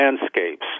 landscapes